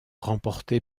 remporté